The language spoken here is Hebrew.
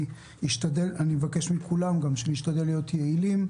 אני אבקש מכולם שנשתדל להיות יעילים,